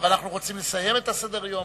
ואנחנו רוצים לסיים את סדר-היום